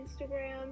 Instagram